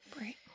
Right